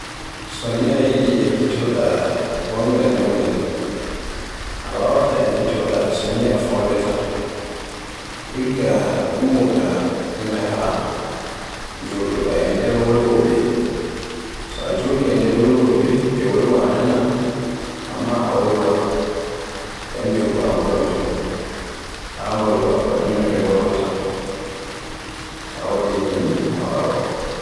So ni a yiɗi ekkito da gongal ɗemgal, a wawaata ekkitoɗa so ni a fondaata, igga ummoɗa njaha joɗoɗa e nder wolwoɓe. So a joɗi e nder wolwoɓe e wolwa ɓe nana, amma a wolwa, yandego a gonoto haa bolwa non no ɓe mbolwawata. Taa waɗi nini a wawaay.